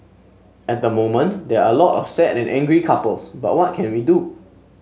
at the moment there are a lot of sad and angry couples but what can we do